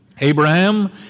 Abraham